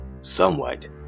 somewhat